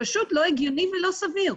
פשוט לא הגיוני ולא סביר.